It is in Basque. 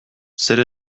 zer